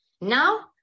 Now